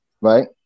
right